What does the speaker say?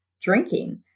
drinking